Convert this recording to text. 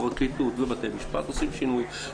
פרקליטות ובתי משפט עושים שינוי.